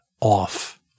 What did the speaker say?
off